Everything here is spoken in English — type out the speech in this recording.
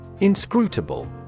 Inscrutable